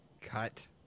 cut